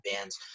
bands